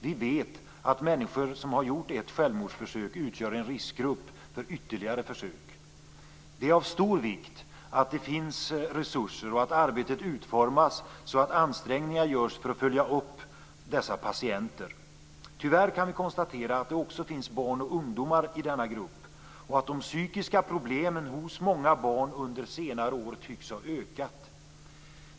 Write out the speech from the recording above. Vi vet att människor som har gjort ett självmordsförsök utgör en riskgrupp för ytterligare försök. Det är av stor vikt att det finns resurser och att arbetet utformas så att ansträngningar görs för att följa upp dessa patienter. Tyvärr kan vi konstatera att det också finns barn och ungdomar i denna grupp och att de psykiska problemen hos många barn under senare år tycks ha ökat.